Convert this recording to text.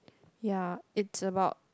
ya it's about